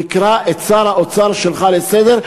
תקרא את שר האוצר שלך לסדר.